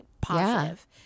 positive